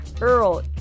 Earl